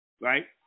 Right